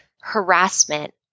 harassment